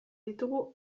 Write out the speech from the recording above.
ditugu